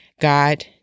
God